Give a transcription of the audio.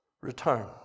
return